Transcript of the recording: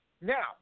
Now